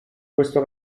questo